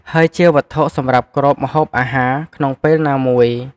ហើយជាវត្ថុសម្រាប់គ្របម្ហូបអាហារក្នុងពេលណាមួយ ។